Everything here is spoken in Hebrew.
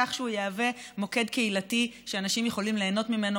כך שהוא יהווה מוקד קהילתי שאנשים יכולים ליהנות ממנו,